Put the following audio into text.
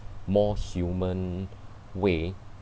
more human way